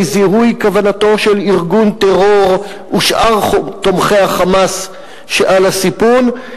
זיהוי כוונתו של ארגון טרור ושאר תומכי ה"חמאס" שעל הסיפון,